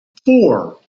four